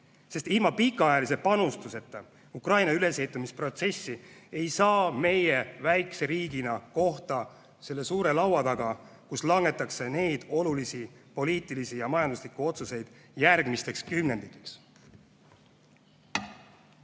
sest ilma pikaajalise panuseta Ukraina ülesehitamise protsessi ei saa meie väikese riigina kohta selle suure laua taga, kus langetatakse olulisi poliitilisi ja majanduslikke otsuseid järgmisteks kümnenditeks.